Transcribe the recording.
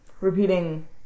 repeating